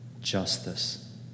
justice